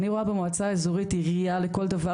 אני רואה במועצה האזורית עירייה לכל דבר